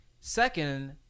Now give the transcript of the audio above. Second